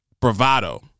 bravado